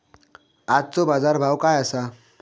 आजचो बाजार भाव काय आसा?